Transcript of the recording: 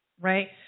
right